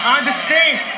understand